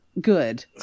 good